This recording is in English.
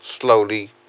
slowly